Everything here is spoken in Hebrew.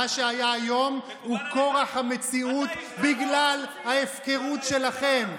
מה שהיה היום הוא כורח המציאות בגלל ההפקרות שלכם.